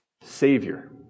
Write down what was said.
Savior